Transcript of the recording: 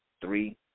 three